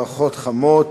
ברכות חמות.